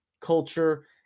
culture